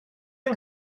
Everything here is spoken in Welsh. yng